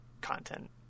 content